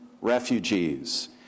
refugees